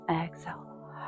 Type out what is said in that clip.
exhale